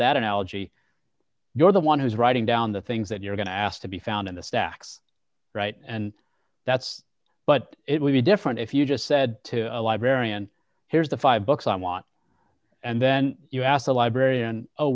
that analogy you're the one who's writing down the things that you're going to ask to be found in the stacks right and that's but it would be different if you just said to a librarian here's the five books i want and then you ask the librarian